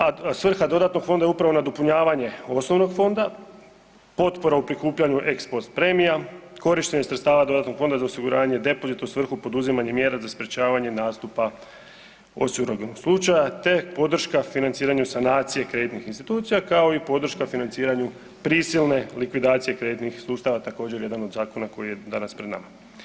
A svrha dodatnog fonda je upravo nadopunjavanje osnovnog fonda, potpora u prikupljanju eksport premija, korištenje sredstava dodatnog Fonda za osiguranja depozita u svrhu poduzimanja mjera za sprječavanje nastupa osiguranog slučaja, te podrška financiranju sanacije kreditnih institucija, kao i podrška financiranju prisilne likvidacije kreditnih sustava, također je jedan od zakona koji je danas pred nama.